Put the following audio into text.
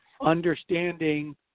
understanding